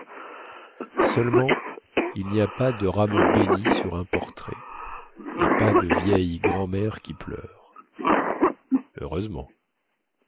seulement il ny a pas de rameau bénit sur un portrait et pas de vieille grand-mère qui pleure heureusement